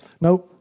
Now